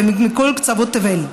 ומכל קצוות תבל.